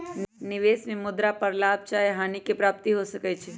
निवेश में मुद्रा पर लाभ चाहे हानि के प्राप्ति हो सकइ छै